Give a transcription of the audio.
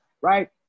right